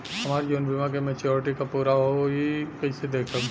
हमार जीवन बीमा के मेचीयोरिटी कब पूरा होई कईसे देखम्?